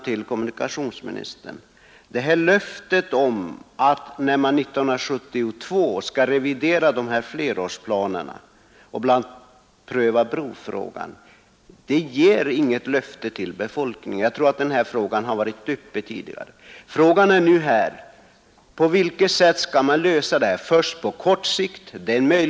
Upplysningen att man vid 1972 års revidering av flerårsplanerna för vägbyggandet kommer att pröva brofrågan ger inget löfte till befolkningen, Jag tror den möjligheten har funnits tidigare. Frågan är nu på vilket sätt man skall lösa problemet, både på kort och på lång sikt.